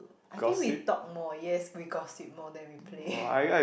I think we talk more yes we gossip more than we play